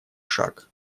шаг